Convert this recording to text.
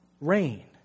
Rain